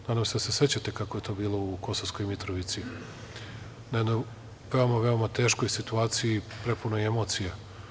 Nadam se da sećate kako je to bilo u Kosovskoj Mitrovici, na jednoj veoma, veoma teškoj situaciji, prepunoj emocija.